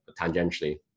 tangentially